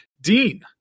Dean